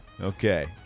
Okay